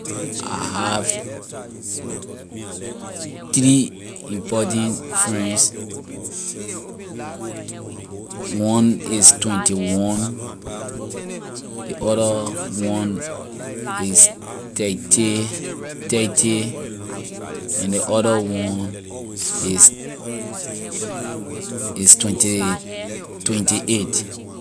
I have three important friends, one is twenty- one, ley other one is thirty thirty, and ley other one is is twenty- twenty- eight